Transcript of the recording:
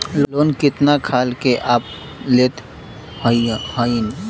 Loan कितना खाल के आप लेत हईन?